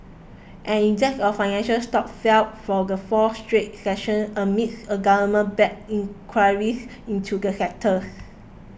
an index of financial stocks fell for the fourth straight session amid a government backed inquiries into the sectors